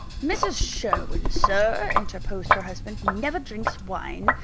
mrs. sherwin, sir, interposed her husband, never drinks wine,